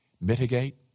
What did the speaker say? mitigate